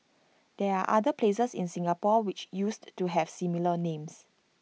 there are other places in Singapore which used to have similar names